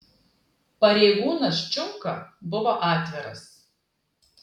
pareigūnas čiunka buvo atviras